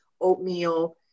oatmeal